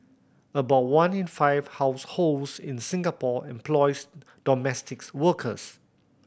about one in five households in Singapore employs domestics workers